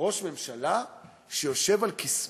שראש ממשלה שיושב על כסאו